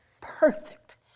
perfect